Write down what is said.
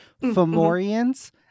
Fomorians